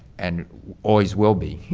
and always will be.